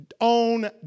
own